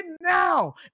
now